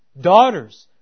daughters